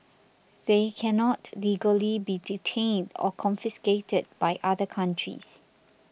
they cannot legally be detained or confiscated by other countries